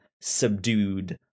subdued